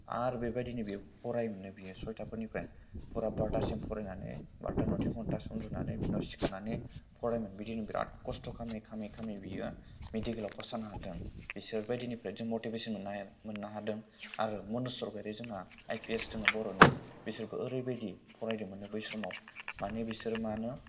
आरो बेबायदिनो बियो फरायोमोननो बियो सयताफोरनिफ्राय फुरा बार'तासिम फरायनानै बार'तानि उनाव तिन घन्टासो उन्दुनानै बिनि उनाव सिखारनानै फरायनानै बिदिनो बिरात कस्त' खालामै खालामै खालामै बियो मेडिकेलाव पास जानो हादों बिसोर बायदिनिफ्राय मटिभेसन मोननो हादों आरो मनज स्वर्गियारि जोंहा आइ पि एस दङ बर'नि बिसोरबो ओरैबायदि फरायदोमोननो बै समाव माने बिसोर मा होनो